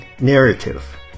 narrative